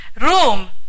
room